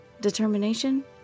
Determination